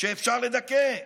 שאפשר לדכא,